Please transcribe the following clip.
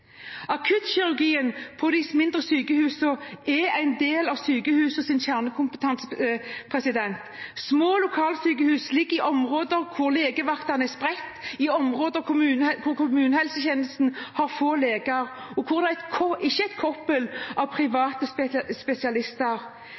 Akuttkirurgien på de mindre sykehusene er en del av sykehusets kjernekompetanse. Små lokalsykehus ligger i områder der legevaktene er spredt, der kommunehelsetjenesten har få leger, og hvor det ikke er et kobbel av